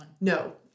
no